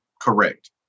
Correct